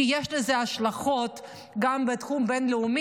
כי יש לזה השלכות גם בתחום בין-לאומי,